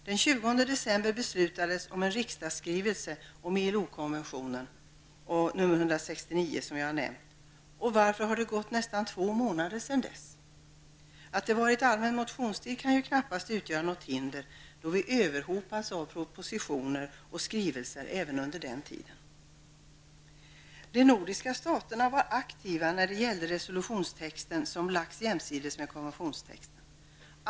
Den 20 december beslutades om en riksdagsskrivelse om ILO konventionen 169, som jag tidigare har nämnt. Det har gått nästan två månader sedan dess? Att det har varit allmän motionstid kan ju knappast utgöra något hinder, då vi har överhopats av propositioner och skrivelser även under den tiden. De nordiska staterna var aktiva när det gällde den resolutionstext som har lagts jämsides med konventionstexten.